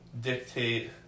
dictate